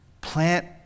plant